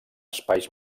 espais